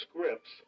scripts